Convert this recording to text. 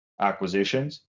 acquisitions